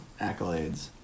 accolades